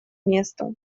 места